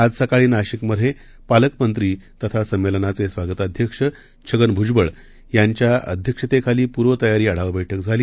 आजसकाळीनाशिकमध्येपालकमंत्रीतथासंमेलनाचेस्वागताध्यक्षछगनभुजबळयांच्याअध्यक्षतेखालीपूर्वतयारीआढावाबळकझाली